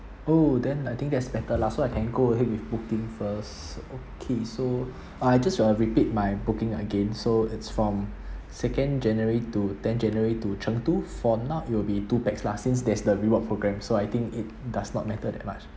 oh then I think that's better lah so I can go ahead with booking first okay so I just uh repeat my booking again so it's from second january to ten january to chengdu for now it will be two pax lah since there's the reward programme so I think it does not matter that much